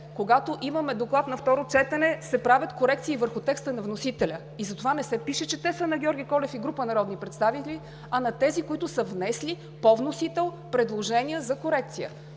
Когато имаме доклад на второ четене, се правят корекции върху текста на вносителя и затова не се пише, че те са на Георги Колев и група народни представители, а на тези, които са внесли по вносител предложения за корекция.